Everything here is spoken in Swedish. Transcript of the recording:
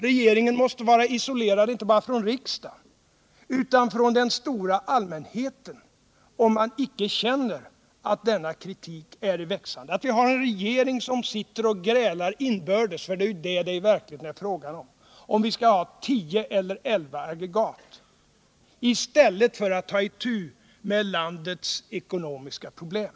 Regeringen måste vara isolerad inte bara från riksdagen utan också från den stora allmänheten, om den inte känner att kritiken växer. Vi har en regering som sitter och grälar inbördes, för det är ju det som det i verkligheten gäller, om vi skall ha tio eller elva aggregat i stället för att ta itu med landets ekonomiska problem.